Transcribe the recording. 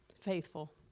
faithful